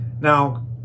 Now